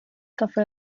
cafe